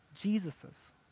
Jesus's